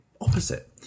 opposite